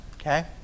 Okay